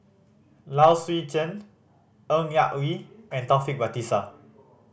Low Swee Chen Ng Yak Whee and Taufik Batisah